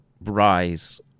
rise